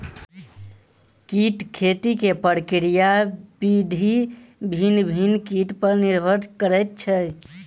कीट खेती के प्रक्रिया विधि भिन्न भिन्न कीट पर निर्भर करैत छै